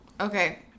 Okay